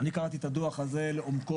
קראתי את הדו"ח הזה לעומקו,